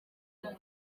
byo